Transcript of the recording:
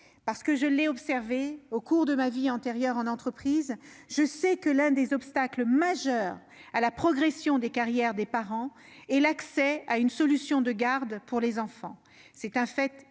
loi ; je m'en réjouis. Au cours de ma vie antérieure en entreprise, j'ai pu constater que l'un des obstacles majeurs à la progression des carrières des parents est l'accès à une solution de garde pour les enfants. C'est un fait établi,